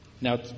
Now